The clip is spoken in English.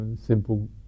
simple